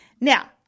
Now